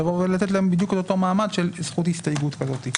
לתת להם בדיוק את אותו מעמד של זכות הסתייגות כזאת.